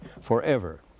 forever